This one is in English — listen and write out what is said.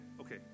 okay